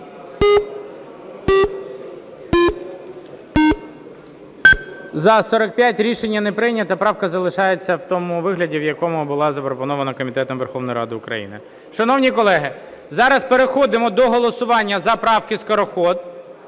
За-45 Рішення не прийнято, правка залишається в тому вигляді, в якому була запропонована комітетом Верховної Ради України. Шановні колеги, зараз переходимо до голосування за правки Скороход,